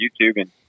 YouTube—and